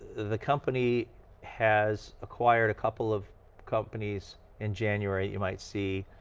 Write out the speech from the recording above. the company has acquired a couple of companies in january. you might see,